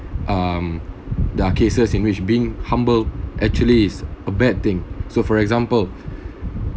um there are cases in which being humble actually is a bad thing so for example